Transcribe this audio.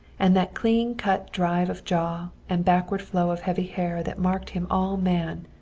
and that clean-cut drive of jaw and backward flow of heavy hair that marked him all man,